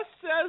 says